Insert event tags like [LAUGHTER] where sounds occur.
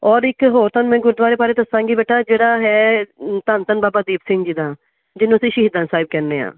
ਔਰ ਇੱਕ ਹੋਰ ਤੁਹਾਨੂੰ ਮੈਂ ਗੁਰਦੁਆਰੇ ਬਾਰੇ ਦੱਸਾਂਗੀ ਬੇਟਾ ਜਿਹੜਾ ਹੈ [UNINTELLIGIBLE] ਧੰਨ ਧੰਨ ਬਾਬਾ ਦੀਪ ਸਿੰਘ ਜੀ ਦਾ ਜਿਹਨੂੰ ਅਸੀਂ ਸ਼ਹੀਦਾਂ ਸਾਹਿਬ ਕਹਿੰਦੇ ਹਾਂ